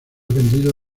vendido